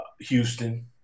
Houston